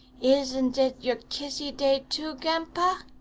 isn't it your kissy-day too, ganpa